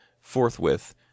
forthwith